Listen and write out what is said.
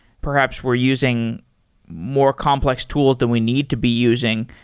perhaps we're using more complex tools than we need to be using.